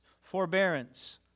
forbearance